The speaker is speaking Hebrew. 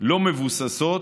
לא מבוססות,